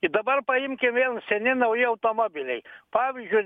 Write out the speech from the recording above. ir dabar paimkim vėl seni nauji automobiliai pavyzdžiui